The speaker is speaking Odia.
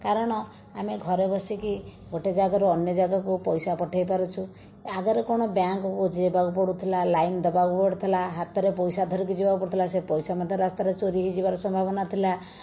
କାରଣ ଆମେ ଘରେ ବସିକି ଗୋଟେ ଜାଗାରୁ ଅନ୍ୟ ଜାଗାକୁ ପଇସା ପଠାଇପାରୁଛୁ ଆଗରୁ କ'ଣ ବ୍ୟାଙ୍କକୁ ଯିବାକୁ ପଡ଼ୁଥିଲା ଲାଇନ ଦେବାକୁ ପଡ଼ୁଥିଲା ହାତରେ ପଇସା ଧରିକି ଯିବାକୁ ପଡ଼ୁଥିଲା ସେ ପଇସା ମଧ୍ୟ ରାସ୍ତାରେ ଚୋରି ହେଇଯିବାର ସମ୍ଭାବନା ଥିଲା